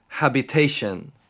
habitation